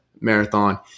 marathon